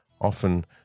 often